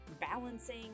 balancing